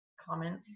comment